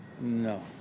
No